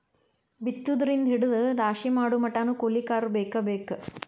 ಬಿತ್ತುದರಿಂದ ಹಿಡದ ರಾಶಿ ಮಾಡುಮಟಾನು ಕೂಲಿಕಾರರ ಬೇಕ ಬೇಕ